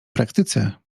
praktyce